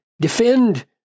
defend